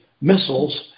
missiles